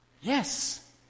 Yes